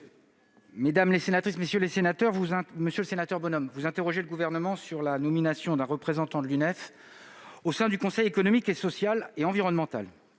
et de la participation citoyenne. Monsieur le sénateur Bonhomme, vous interrogez le Gouvernement sur la nomination d'un représentant de l'UNEF au sein du Conseil économique, social et environnemental.